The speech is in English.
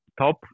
top